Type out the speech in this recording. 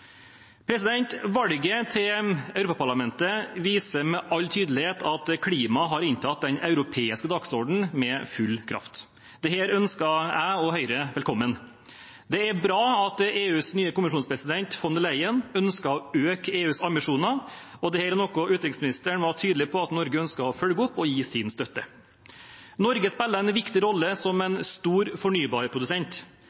Valget til Europaparlamentet viser med all tydelighet at klima har inntatt den europeiske dagsordenen med full kraft. Dette ønsker jeg og Høyre velkommen. Det er bra at EUs nye kommisjonspresident, von der Leyen, ønsker å øke EUs ambisjoner. Dette er noe som utenriksministeren var tydelig på at Norge ønsker å følge opp og gi sin støtte. Norge spiller en viktig rolle som